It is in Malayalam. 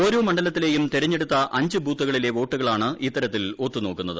ഓരോ മണ്ഡലത്തിലേയും തെരഞ്ഞെടുത്ത അഞ്ച് ബൂത്തുകളിലെ വോട്ടുകളാണ് ഇത്തരത്തിൽ ഒത്തുനോക്കുന്നത്